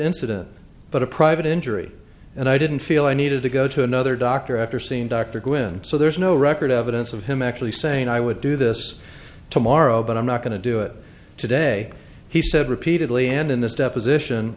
incident but a private injury and i didn't feel i needed to go to another doctor after seeing dr quinn so there's no record evidence of him actually saying i would do this tomorrow but i'm not going to do it today he said repeatedly and in this deposition